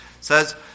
says